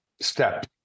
step